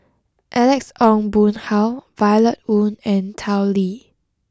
Alex Ong Boon Hau Violet Oon and Tao Li